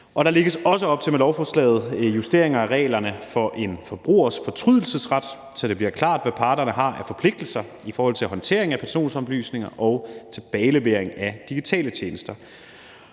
og der lægges også op til med lovforslaget en justering af reglerne om en forbrugers fortrydelsesret, så det bliver klart, hvad parterne har af forpligtelser i forhold til håndtering af personoplysninger og tilbagelevering af digitale tjenester.